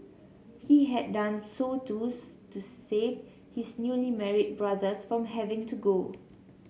he had done so to save his newly married brothers from having to go